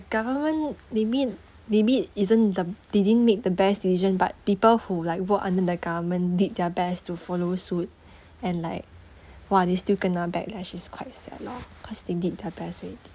government maybe maybe isn't the they didn't make the best decision but people who like work under the government did their best to follow suit and like !wah! they still kena backlash it's quite sad loh cause they did their best already